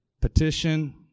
Petition